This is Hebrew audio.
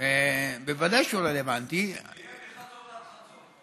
בוודאי שהוא רלוונטי, שיהיה מחצות עד חצות.